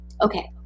okay